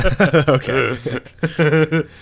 Okay